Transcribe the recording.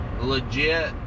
legit